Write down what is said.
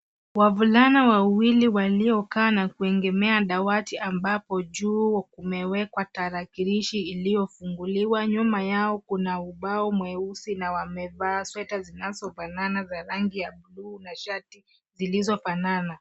Wavulana wawili walio kaa na kuegemea dawati ambapo juu kumewekwa tarakirishi iliyo funguliwa, nyuma yao kuna ubao mweusi na wamevaa sweta zinazo fanana za rangi ya bluu na shati zilizofanana.